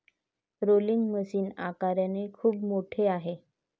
rolling machine आकाराने खूप मोठे आहे